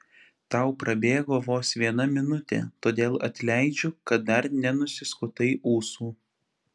tau prabėgo vos viena minutė todėl atleidžiu kad dar nenusiskutai ūsų